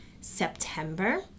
September